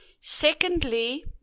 Secondly